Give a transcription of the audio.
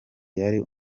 yari